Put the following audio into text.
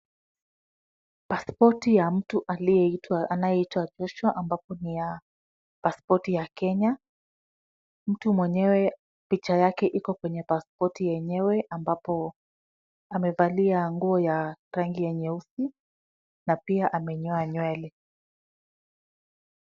Pasipoti ya mtu anayeitwa Joshua ambapo ni ya pasipoti ya Kenya. Mtu mwenyewe picha yake iko kwenye pasipoti yenyewe ambapo amevalia nguo ya rangi ya nyeusi na pia amenyoa nywele.